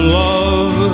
love